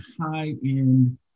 high-end